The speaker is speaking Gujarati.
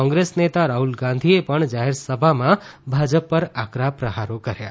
કોંગ્રેસ નેતા રાહ્લ ગાંધીએ પણ જાહેરસભામાં ભાજપ પર આકરા પ્રહારો કર્યા